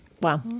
wow